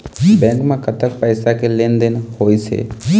Bank म कतक पैसा के लेन देन होइस हे?